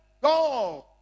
God